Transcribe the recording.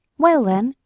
well, then,